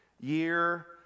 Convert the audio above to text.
year